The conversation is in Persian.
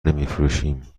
نمیفروشیم